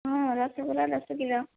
ହଁ ରସଗୋଲା ଦଶ କିଲୋ